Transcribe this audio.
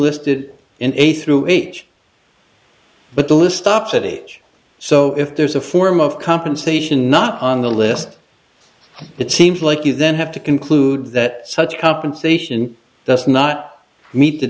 listed in a through each but the list stops at age so if there's a form of compensation not on the list it seems like you then have to conclude that such compensation does not meet the